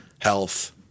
health